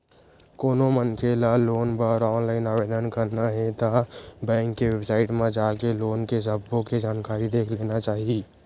कोनो मनखे ल लोन बर ऑनलाईन आवेदन करना हे ता बेंक के बेबसाइट म जाके लोन के सब्बो के जानकारी देख लेना चाही